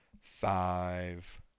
five